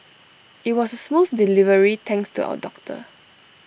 IT was A smooth delivery thanks to our doctor